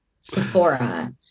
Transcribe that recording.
Sephora